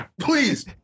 Please